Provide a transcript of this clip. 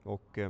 Och